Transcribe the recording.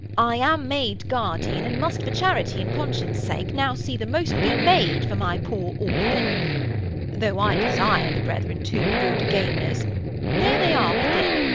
i am made guardian, and must, for charity, and conscience sake, now see the most be made for my poor orphan though i desire the brethren too good gainers there they are within.